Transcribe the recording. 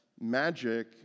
magic